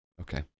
okay